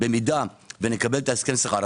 אם נקבל את הסכם השכר.